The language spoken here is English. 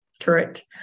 Correct